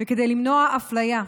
וכדי למנוע אפליה.